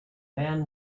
man